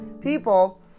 people